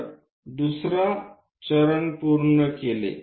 तर दुसरी चरण पूर्ण केले